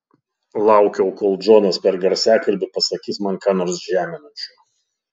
laukiau kol džonas per garsiakalbį pasakys man ką nors žeminančio